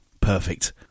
Perfect